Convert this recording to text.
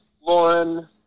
Lauren